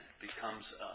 becomes